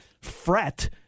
fret